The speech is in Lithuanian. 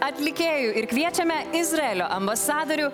atlikėjui ir kviečiame izraelio ambasadorių